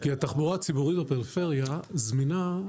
כי התחבורה הציבורית בפריפריה זמינה,